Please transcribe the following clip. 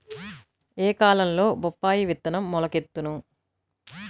ఏ కాలంలో బొప్పాయి విత్తనం మొలకెత్తును?